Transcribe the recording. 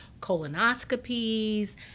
colonoscopies